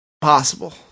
Possible